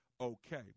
okay